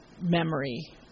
memory